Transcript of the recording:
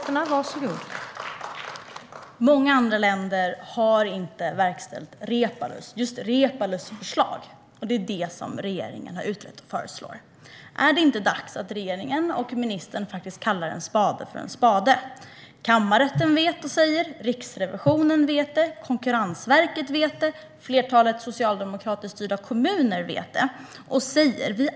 Fru talman! Många andra länder har inte verkställt just Reepalus förslag. Detta har regeringen utrett och föreslår. Är det inte dags att regeringen och ministern kallar en spade för en spade? Kammarrätten, Riksrevisionen, Konkurrensverket och flertalet socialdemokratiskt styrda kommuner vet och säger det.